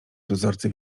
dozorcy